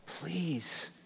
please